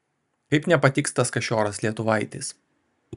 kaip nepatiks tas kašioras lietuvaitis